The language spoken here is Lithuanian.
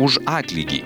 už atlygį